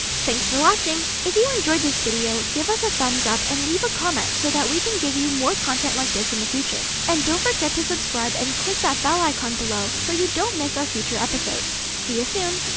thanks for watching! if you enjoyed this video, give us a thumbs up and leave a comment so that we can give you more content like this in the future. and don't forget to subscribe and click that bell icon below so you don't miss our future episodes. see you soon!